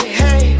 hey